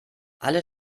alle